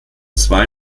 zwei